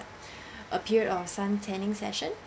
appeared on sun tanning session